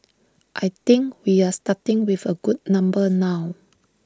I think we are starting with A good number now